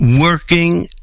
Working